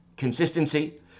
consistency